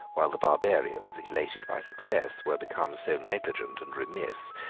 while the barbarians, elated by success, were become so negligent and remiss,